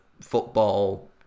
football